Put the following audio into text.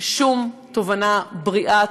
שום תובנה בריאה,